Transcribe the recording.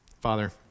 Father